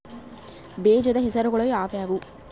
ಬೇಜದ ಹೆಸರುಗಳು ಯಾವ್ಯಾವು?